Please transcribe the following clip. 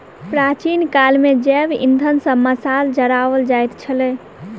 प्राचीन काल मे जैव इंधन सॅ मशाल जराओल जाइत छलै